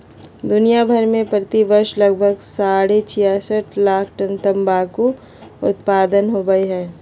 दुनिया भर में प्रति वर्ष लगभग साढ़े छियासठ लाख टन तंबाकू उत्पादन होवई हई,